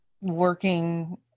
working